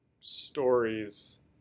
stories